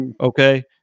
Okay